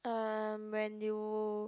um when you